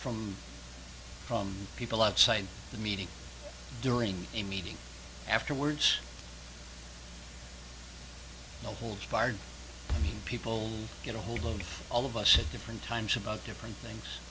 from from people outside the meeting during a meeting afterwards no holds barred people get ahold of all of us at different times about different